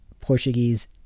Portuguese